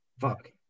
fuck